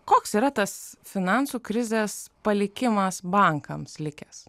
koks yra tas finansų krizės palikimas bankams likęs